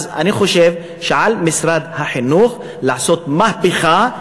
אני חושב שעל משרד החינוך לעשות מהפכה,